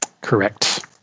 Correct